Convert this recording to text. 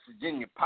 Virginia